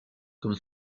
comme